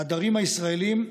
העדרים הישראליים,